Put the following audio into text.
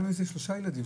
גם אם אלה שלושה ילדים.